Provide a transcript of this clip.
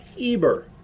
Eber